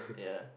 ya